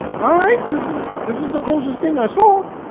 alright this is this is the closest thing i saw